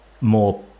more